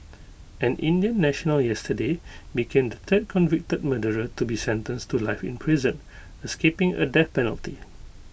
an Indian national yesterday became the third convicted murderer to be sentenced to life in prison escaping A death penalty